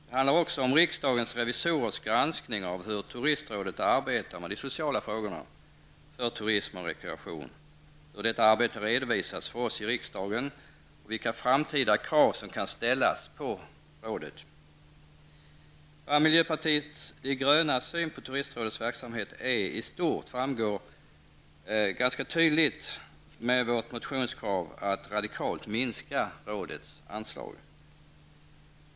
Det handlar också om riksdagens revisorers granskning av hur turistrådet arbetar med de sociala frågorna för turism och rekreation, hur detta arbete redovisas för oss i riksdagen och vilka framtida krav som kan ställas på rådet. Miljöpartiet de grönas syn på turistrådets verksamhet i stort framgår väl tydligast av vårt motionskrav på en radikal minskning av rådets anslag.